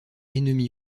ennemie